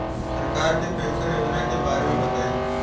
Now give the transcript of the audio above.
सरकार के पेंशन योजना के बारे में बताईं?